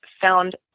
found